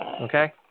Okay